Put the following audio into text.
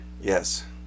Yes